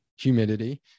humidity